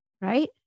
Right